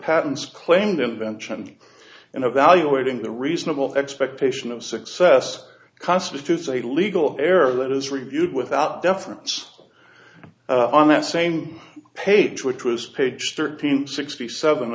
patents claimed invention and evaluating the reasonable expectation of success constitutes a legal error that is reviewed without deference on that same page which was page thirteen sixty seven